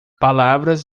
palavras